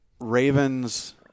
Ravens